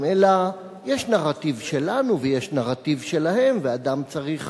אלא יש נרטיב שלנו ויש נרטיב שלהם ואדם צריך